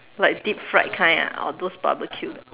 like deep fried kind ah or those barbecue